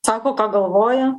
sako ką galvoja